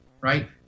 right